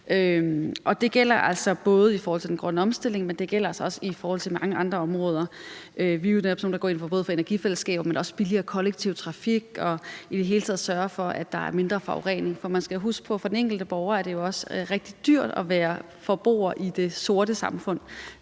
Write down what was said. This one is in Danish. altså både i forhold til den grønne omstilling, men altså også i forhold til mange andre områder. Vi er jo netop sådan nogle, der går ind for både energifællesskaber, men også for billigere kollektiv trafik, og i det hele taget for at sørge for, at der er mindre forurening. Man skal huske på, at for den enkelte borger er det jo også rigtig dyrt at være forbruger i det sorte samfund.